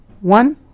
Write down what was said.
One